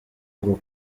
ngo